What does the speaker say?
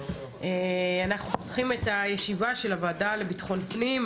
אנחנו פותחים את הישיבה של הוועדה לביטחון הפנים,